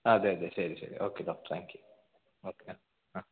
അതെ അതെ ശരി ശരി okay doctor thank you okay ആ